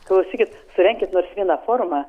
klausykit surenkit nors vieną forumą